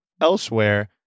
elsewhere